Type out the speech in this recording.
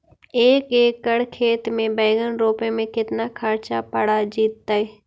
एक एकड़ खेत में बैंगन रोपे में केतना ख़र्चा पड़ जितै?